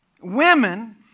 Women